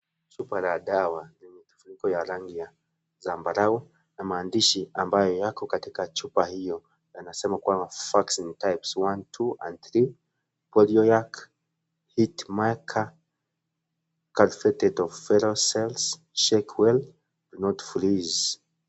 Chupa ya dawa yenye kifuniko cha rangi ya zambarau ina maandishi ambayo yako katika chupa hiyo yanasema kwamba vaccine types 1,2 and 3 poliovac, heatmarker cultuvated of vero cells shake well do not freeze .